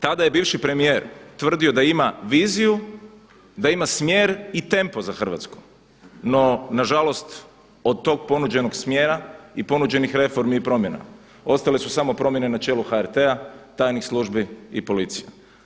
Tada je bivši premijer tvrdio da ima viziju, da ima smjer i tempo za Hrvatsku, no nažalost od tog ponuđenog smjera i ponuđenih reformi i promjena, ostale su samo promjene na čelu HRT-a, tajnih službi i policije.